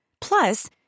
Plus